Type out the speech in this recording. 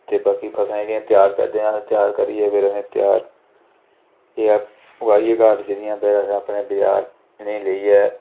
ते बाकी फसलें जेह्ड़ियां त्यार करदे अस त्यार करिये फैर असें त्यार एह् ऐ उगाइयै घाट जेह्ड़े अपने बजार इ'नेंगी लेइयै